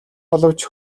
боловч